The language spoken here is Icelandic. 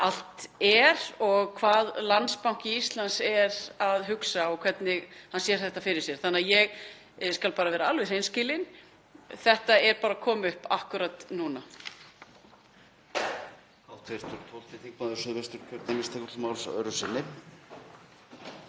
allt er og hvað Landsbanki Íslands er að hugsa og hvernig hann sér þetta fyrir sér. Ég skal bara vera alveg hreinskilin, þetta er bara að koma upp akkúrat núna.